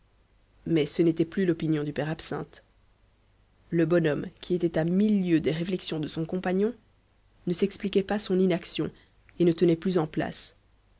mais ce n'était plus l'opinion du père absinthe le bonhomme qui était à mille lieues des réflexions de son compagnon ne s'expliquait pas son inaction et ne tenait plus en place